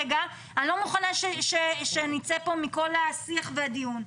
אני לא מוכנה שנצא פה מכל השיח והדיון.